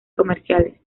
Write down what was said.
comerciales